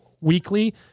weekly